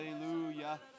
hallelujah